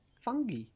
fungi